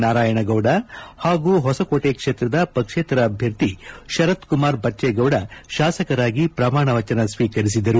ನಾರಾಯಣಗೌಡ ಹಾಗೂ ಹೊಸಕೋಟೆ ಕ್ಷೇತ್ರದ ಪಕ್ಷೇತರ ಅಭ್ಞರ್ಥಿ ಶರತ್ ಕುಮಾರ್ ಬಣ್ಣೇಗೌಡ ಅವರು ಶಾಸಕರಾಗಿ ಪ್ರಮಾಣ ವಚನ ಸ್ವೀಕರಿಸಿದರು